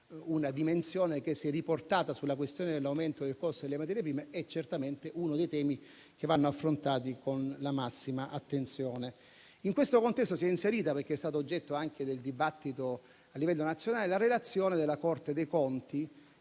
una dimensione che, se riportata sulla questione dell'aumento del costo delle materie prime, è certamente uno dei temi che vanno affrontati con la massima attenzione. In questo contesto si è inserita - perché è stata oggetto anche del dibattito a livello nazionale - la relazione della Corte dei conti,